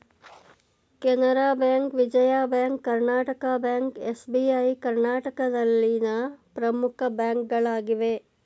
Canara bank, Vijaya bank, Karnataka bank, SBI ಕರ್ನಾಟಕದಲ್ಲಿನ ಪ್ರಮುಖ ಬ್ಯಾಂಕ್ಗಳಾಗಿವೆ